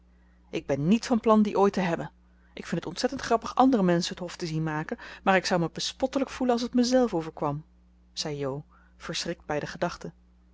ik ben niet van plan die ooit te hebben ik vind het ontzettend grappig andere menschen het hof te zien maken maar ik zou me bespottelijk voelen als het mezelf overkwam zei jo verschrikt bij de gedachte